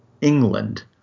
England